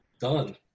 done